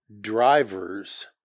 drivers